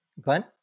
Glenn